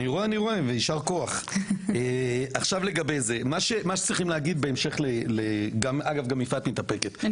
מה שצריכים להגיד בהמשך --- אני